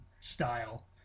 style